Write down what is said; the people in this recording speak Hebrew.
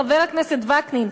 חבר הכנסת וקנין?